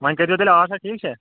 وۄنۍ کٔرۍ زیو تیٚلہِ اسا ٹھیٖک چھا